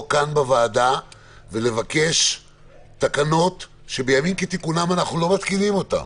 כאן בוועדה ולבקש תקנות שבימים כתיקונם אנחנו מתקינים אותן